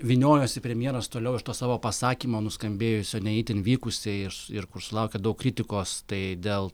vyniojosi premjeras toliau iš to savo pasakymo nuskambėjusio ne itin vykusiai ir kur sulaukė daug kritikos tai dėl